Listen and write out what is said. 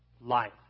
life